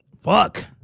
Fuck